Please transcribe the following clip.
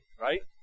right